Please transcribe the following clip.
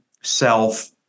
self